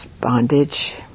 bondage